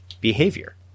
behavior